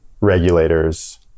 regulators